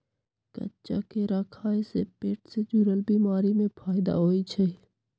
कच्चा केरा खाय से पेट से जुरल बीमारी में फायदा होई छई